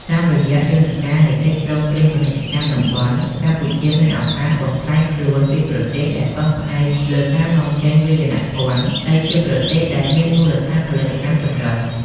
តាមរយៈយន្តការនៃកិច្ចព្រមព្រៀងពាណិជ្ជកម្មតំបន់ កម្ពុជាមានឱកាសបំប្លែងខ្លួនពីប្រទេសដែលពឹងផ្អែកលើការនាំចេញវាយនភណ្ឌ ទៅជាប្រទេសដែលមានមូលដ្ឋានផលិតកម្មចម្រុះ។